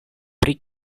pri